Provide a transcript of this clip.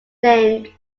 named